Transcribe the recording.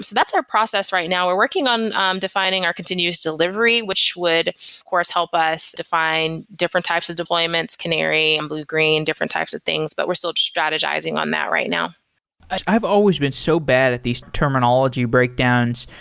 that's our process right now. we're working on um defining our continuous delivery, which would of course help us define different types of deployments, canary and bluegreen, different types of things, but we're still strategizing on that right now i've always been so bad at these terminology breakdowns.